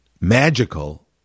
magical